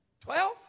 twelve